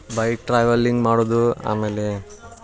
bike travelling ಮಾಡುವುದು ಆಮೇಲೆ